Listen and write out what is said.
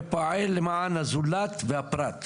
ופועל למען הזולת והפרט.